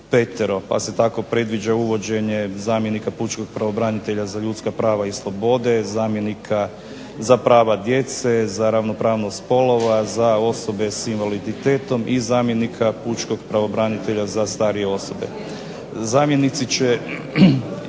pa se tako predviđa uvođenje zamjenika pučkog pravobranitelja za ljudska prava i slobode, zamjenika za prava djece, za ravnopravnost spolova, za osobe s invaliditetom i zamjenika pučkog pravobranitelja za starije osobe.